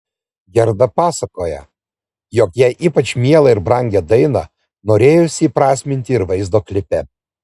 gerda pasakoja jog jai ypač mielą ir brangią dainą norėjusi įprasminti ir vaizdo klipe